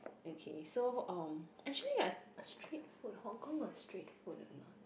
okay so um actually I street food Hong-Kong got street food or not